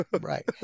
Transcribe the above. right